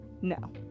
no